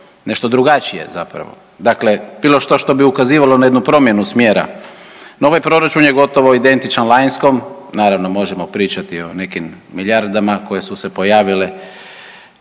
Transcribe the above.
nešto drugačije zapravo, dakle bilo što što bi ukazivalo na jednu promjenu smjera. No ovaj proračun je gotovo identičan lanjskom, naravno možemo pričati o nekim milijardama koje su se pojavile